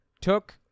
took